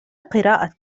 قراءة